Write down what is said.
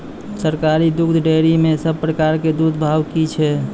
सरकारी दुग्धक डेयरी मे सब प्रकारक दूधक भाव की छै?